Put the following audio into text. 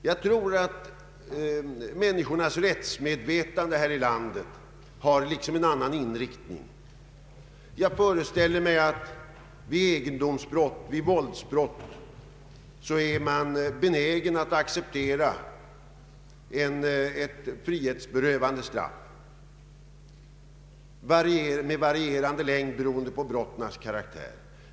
Jag tror att rättsmedvetandet hos människorna här i landet har en annan inriktning. Jag föreställer mig att man vid egendomsbrott och våldsbrott är benägen att acceptera ett frihetsberövande straff av varierande längd beroende på brottets karaktär.